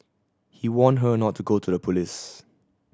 he warned her not to go to the police